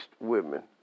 women